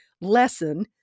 lesson